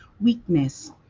Weakness